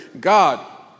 God